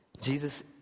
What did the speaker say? Jesus